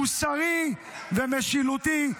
מוסרי ומשילותי.